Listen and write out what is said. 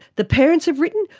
the parents have written,